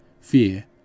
fear